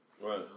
Right